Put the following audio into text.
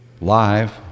live